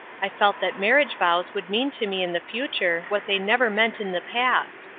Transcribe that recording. i felt that marriage vows would mean to me in the future what they never meant in the past,